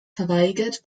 verweigert